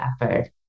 effort